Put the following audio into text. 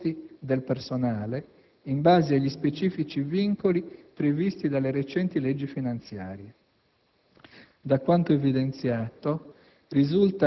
di operare politiche di contenimento dei costi del personale in base agli specifici vincoli previsti dalle recenti leggi finanziarie.